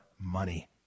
money